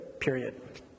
Period